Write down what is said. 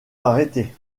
arrêté